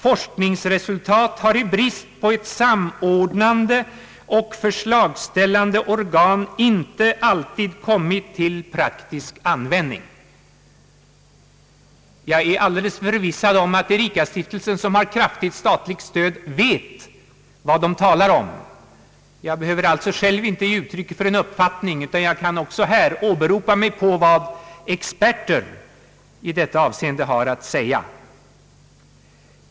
Forskningsresultat har i brist på ett samordnande och förslagsställande organ inte alltid kommit till praktisk användning.» Jag är alldeles förvissad om att Ericastiftelsen, som har kraftigt statligt stöd, vet vad den talar om. Jag behöver alltså inte själv ge uttryck för en uppfattning, utan jag kan också här åberopa vad experter har att säga.